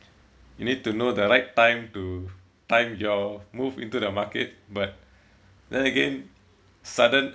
you need to know the right time to time your move into the market but then again sudden